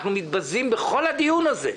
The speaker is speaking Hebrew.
אנחנו מתבזים בכל הדיון הזה.